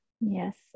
Yes